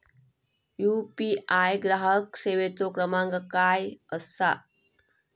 UPI ग्राहक सेवेचो क्रमांक काय असा?